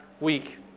week